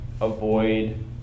avoid